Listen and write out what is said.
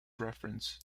referenced